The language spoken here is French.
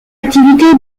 activité